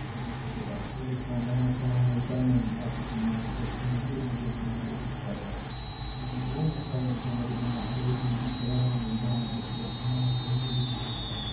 ਜਦ ਮੈਂ ਕਿਸੇ ਐਕਸਪੋ ਵਿੱਚ ਜਾਂਦਾ ਹਾਂ ਤਾਂ ਹਮੇਸ਼ਾ ਨਵੀਨਤਾ ਤੱਕ ਨਹੀਂ ਅਤੇ ਸਮ੍ਰਿਧੀ ਨੂੰ ਦੇਖਣ ਦੀ ਕੋਸ਼ਿਸ਼ ਕਰਦਾ ਹਾਂ ਮੈਨੂੰ ਉਹ ਮੌਕਾ ਮਿਲਦਾ ਹੈ ਜਦੋਂ ਮੈਂ ਅਗਲੇ ਪੀੜੀ ਦੀ ਕਲਾ ਨਾਲ ਮਿਲਦਾ ਹਾਂ ਅਤੇ ਅਤੇ ਉਹਨਾਂ ਨੂੰ ਸਮਝਣ ਦੀ ਕੋਸ਼ਿਸ਼ ਕਰਦਾ